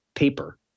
paper